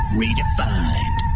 redefined